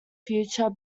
future